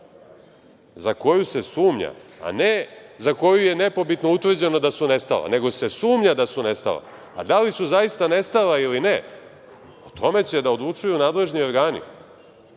za koju se sumnja, a ne za koju je nepobitno utvrđeno da su nestala, nego se sumnja da su nestala, a da li su zaista nestala ili ne, o tome će da odlučuju nadležni organi. Kao